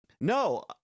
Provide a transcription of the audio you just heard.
No